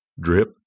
Drip